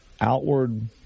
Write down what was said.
outward